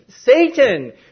Satan